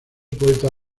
poeta